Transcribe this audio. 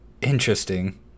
Interesting